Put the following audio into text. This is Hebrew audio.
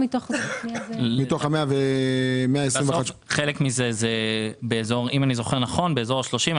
אם אני זוכר נכון, חלק מזה הוא באזור ה-30.